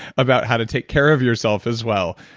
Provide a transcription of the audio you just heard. about how to take care of yourself as well,